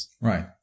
Right